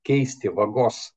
keisti vagos